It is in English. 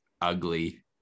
ugly